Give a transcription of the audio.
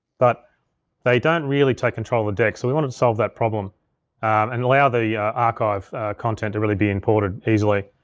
but they don't really take control of the deck so we wanted to solve that problem and allow the archive content to really be imported easily.